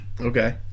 Okay